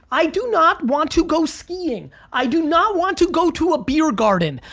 i do not want to go skiing. i do not want to go to a beer garden.